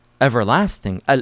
everlasting